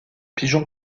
pigeons